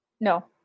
no